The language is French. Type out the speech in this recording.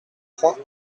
trois